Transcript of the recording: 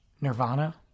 Nirvana